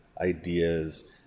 ideas